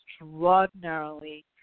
extraordinarily